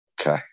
Okay